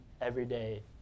everyday